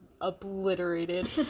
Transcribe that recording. obliterated